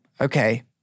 okay